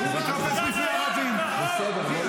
אין